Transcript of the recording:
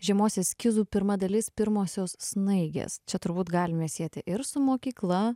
žiemos eskizų pirma dalis pirmosios snaigės čia turbūt galime sieti ir su mokykla